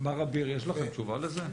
מר אביר, יש לכם תשובה לזה?